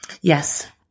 Yes